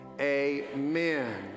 amen